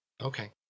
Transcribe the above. Okay